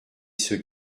ceux